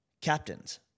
Captains